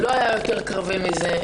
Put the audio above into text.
לא היה יותר קרבי מזה.